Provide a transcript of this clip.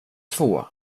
två